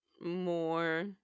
more